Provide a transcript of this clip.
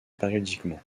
périodiquement